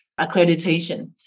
accreditation